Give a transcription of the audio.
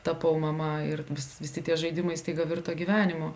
tapau mama ir visi tie žaidimai staiga virto gyvenimu